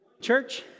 church